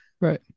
Right